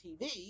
TV